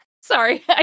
Sorry